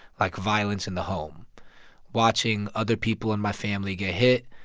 like, violence in the home watching other people in my family get hit,